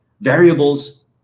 variables